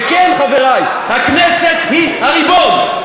וכן, חברי, הכנסת היא הריבון.